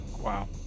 Wow